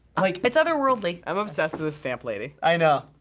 like it's otherworldly. i'm obsessed with this stamp lady. i know.